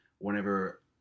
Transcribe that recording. Whenever